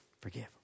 forgive